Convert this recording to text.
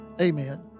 Amen